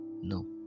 no